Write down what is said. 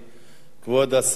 כבוד השר נאמן